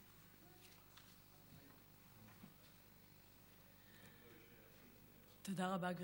תודה רבה.